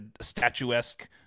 statuesque